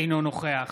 אינו נוכח